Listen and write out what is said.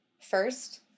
First